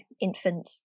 infant